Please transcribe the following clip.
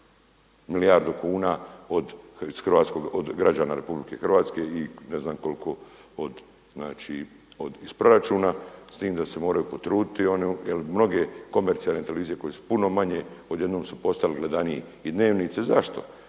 milijardu kuna od, od građana RH i ne znam koliko od, znači iz proračuna. S tim da se moraju potruditi oni, jer mnoge komercijalne televizije koje su puno manje odjednom su postali gledaniji i Dnevnici. Zašto?